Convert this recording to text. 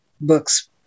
books